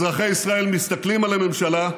אזרחי ישראל מסתכלים על הממשלה,